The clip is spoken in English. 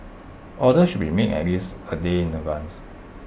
orders should be made at least A day in advance